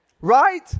Right